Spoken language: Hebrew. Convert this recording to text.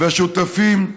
והשותפים לוועדות.